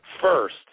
first